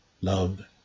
love